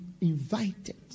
invited